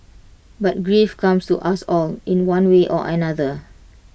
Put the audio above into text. but grief comes to us all in one way or another